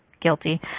guilty